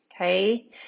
okay